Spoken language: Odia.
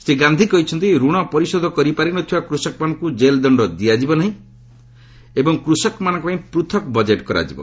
ଶ୍ରୀ ଗାନ୍ଧି କହିଛନ୍ତି ଋଣ ପରିଶୋଧ କରିପାରି ନ ଥିବା କୃଷକମାନଙ୍କୁ ଜେଲ୍ ଦଶ୍ଚ ଦିଆଯିବ ନାହିଁ ଏବଂ କୃଷକମାନଙ୍କ ପାଇଁ ପୃଥକ୍ ବଜେଟ୍ କରାଯିବ